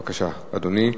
בבקשה, אדוני.